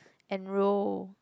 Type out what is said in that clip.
enrol